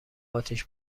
آتیش